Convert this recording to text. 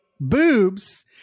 boobs